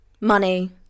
money